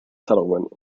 sentiment